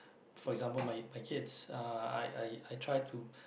for example my my kids uh I I I try to